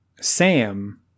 Sam